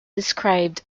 described